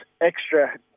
extra